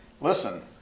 Listen